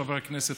חברי הכנסת,